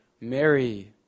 Mary